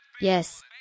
Yes